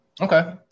Okay